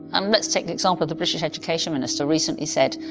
um let's take an example, the british education minister recently said,